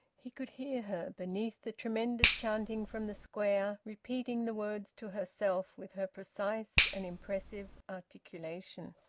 he could hear her, beneath the tremendous chanting from the square, repeating the words to herself with her precise and impressive articulation.